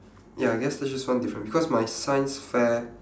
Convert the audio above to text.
ya I guess that's just one difference cause my science fair